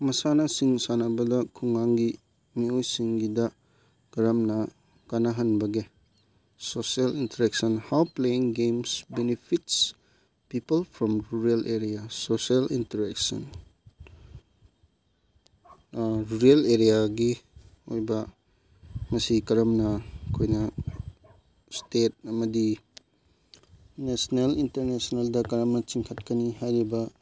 ꯃꯁꯥꯟꯅꯁꯤꯡ ꯁꯥꯟꯅꯕꯗ ꯈꯨꯡꯒꯪꯒꯤ ꯃꯤꯑꯣꯏꯁꯤꯡꯒꯤꯗ ꯀꯔꯝꯅ ꯀꯥꯅꯍꯟꯕꯒꯦ social interaction how playing games benefits people from rural area social interaction rural ꯑꯦꯔꯤꯌꯥꯒꯤ ꯑꯣꯏꯕ ꯃꯁꯤ ꯀꯔꯝꯅ ꯑꯩꯈꯣꯏꯅ ꯏꯁꯇꯦꯠ ꯑꯃꯗꯤ ꯅꯦꯁꯅꯦꯜ ꯏꯟꯇꯔꯅꯦꯁꯅꯦꯜꯗ ꯀꯔꯝꯅ ꯆꯤꯡꯈꯠꯀꯅꯤ ꯍꯥꯏꯔꯤꯕ